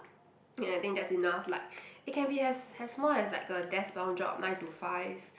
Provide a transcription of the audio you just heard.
ya I think that's enough like it can be as as small as like a desk bound job nine to five